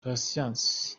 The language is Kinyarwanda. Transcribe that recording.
patient